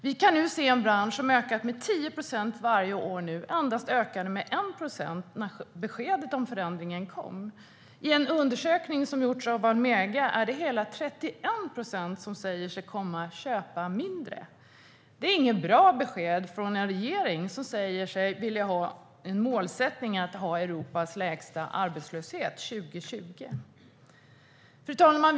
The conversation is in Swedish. Vi kan nu se att en bransch som ökat med 10 procent varje år endast ökade med 1 procent när beskedet om förändringen kom. I en undersökning som har gjorts av Almega är det hela 31 procent som säger att de ska köpa mindre. Det är inget bra besked från en regering som säger sig ha målet Europas lägsta arbetslöshet 2020. Fru talman!